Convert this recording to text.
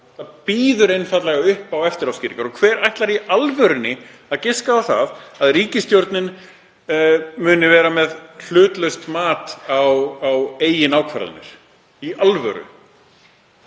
Það býður upp á eftiráskýringar. Og hver ætlar í alvörunni að giska á að ríkisstjórnin muni vera með hlutlaust mat á eigin ákvörðunum? Í alvöru?